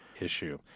issue